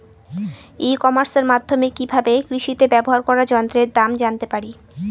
ই কমার্সের মাধ্যমে কি ভাবে কৃষিতে ব্যবহার করা যন্ত্রের দাম জানতে পারি?